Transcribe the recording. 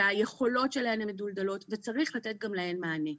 שהיכולות שלהן מדולדלות וצריך לתת גם להן מענה.